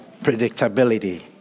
predictability